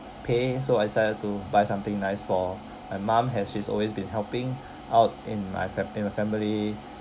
pay so I decided to buy something nice for my mum as she's always been helping out in my fam~ in my family